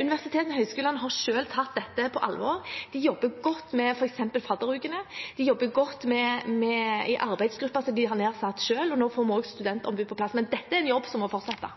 Universitetene og høyskolene har selv tatt dette på alvor. De jobber godt med f.eks. fadderukene. Det jobber godt i arbeidsgruppen som de har nedsatt selv. Og nå får vi også studentombud på plass. Men dette er en